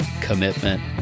commitment